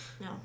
No